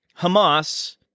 Hamas